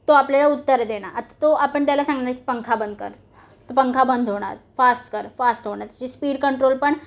तो आपल्याला उत्तर देणार आता तो आपण त्याला सांगणार की पंखा बंद कर पंखा बंद होणार फास्ट कर फास्ट होणार त्याची स्पीड कंट्रोल पण